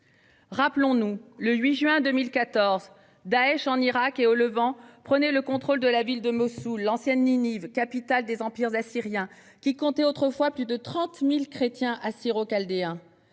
Souvenons-nous du 8 juin 2014 : Daech en Irak et au Levant prenait le contrôle de la ville de Mossoul, l'ancienne Ninive, capitale des empires assyriens, qui comptait autrefois plus de 30 000 chrétiens assyro-chaldéens.